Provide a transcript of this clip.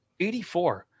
84